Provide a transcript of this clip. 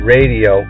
Radio